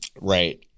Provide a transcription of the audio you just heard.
right